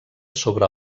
sobre